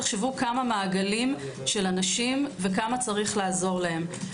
תחשבו כמה מעגלים של אנשים וכמה יש לעזור להם.